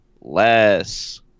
less